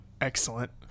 Excellent